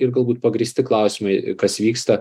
ir galbūt pagrįsti klausimai kas vyksta